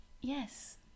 Yes